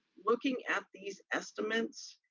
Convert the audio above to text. looking at these estimates,